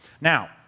Now